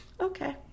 okay